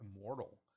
immortal